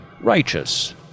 righteous